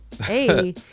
hey